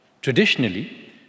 Traditionally